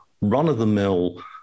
run-of-the-mill